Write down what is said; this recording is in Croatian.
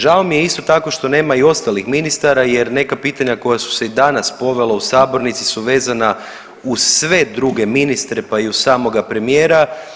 Žao mi je, isto tako, što nema i ostalih ministara jer neka pitanja koja su se i danas povela u sabornici su vezana uz sve druge ministre, pa i uz samoga premijera.